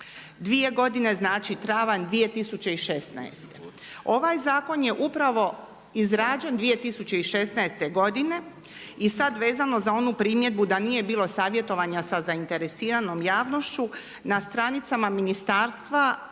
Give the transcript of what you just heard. Dvije godine znači travanj 2016. Ovaj zakon je upravo izrađen 2016. godine i sad vezano za onu primjedbu da nije bilo savjetovanja sa zainteresiranom javnošću na stranicama ministarstva